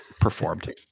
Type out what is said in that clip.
Performed